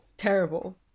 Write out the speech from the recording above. Terrible